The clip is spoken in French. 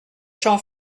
jean